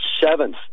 seventh